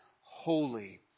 holy